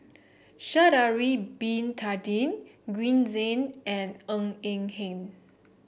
Sha'ari Bin Tadin Green Zeng and Ng Eng Hen